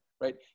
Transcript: right